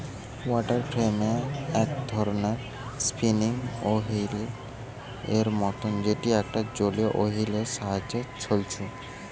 water frame এক ধরণের spinning wheel এর মতন যেটি একটা জলীয় ওহীল এর সাহায্যে ছলছু